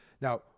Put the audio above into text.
Now